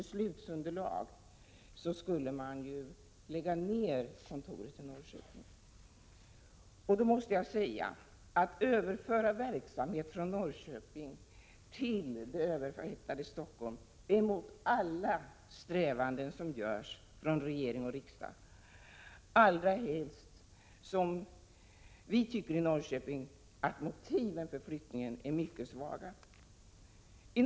Enligt förslaget skulle kontoret i Norrköping läggas ned. Då måste jag säga att förslaget att överflytta verksamhet från Norrköping till det överhettade Stockholm strider mot alla strävanden från regering och riksdag — detta säger jag allra helst som vi i Norrköping tycker att motiven för flyttningen är mycket svaga.